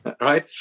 Right